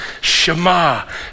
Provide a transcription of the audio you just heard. Shema